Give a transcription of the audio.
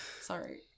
sorry